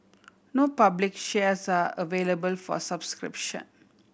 no public shares are available for subscription